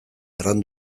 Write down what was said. erran